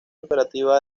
operativa